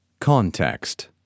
Context